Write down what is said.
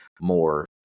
more